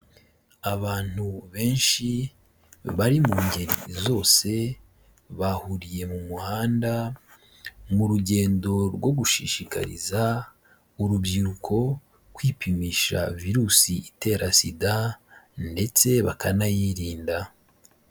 Abantu benshi bari mu ngeri zose bahuriye mu muhanda, mu rugendo rwo gushishikariza urubyiruko kwipimisha virusi itera SIDA ndetse bakanayirinda.